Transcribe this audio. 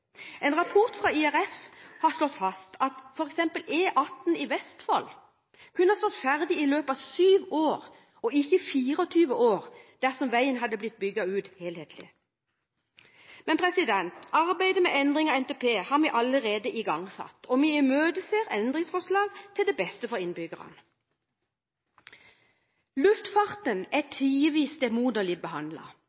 En rapport fra IRF har slått fast at f.eks. E18 i Vestfold kunne ha stått ferdig i løpet av 7 år – ikke 24 år – dersom veien hadde blitt bygget ut helhetlig. Men arbeidet med endringer av NTP har vi allerede igangsatt, og vi imøteser endringsforslag til det beste for innbyggerne. Luftfarten er